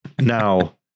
Now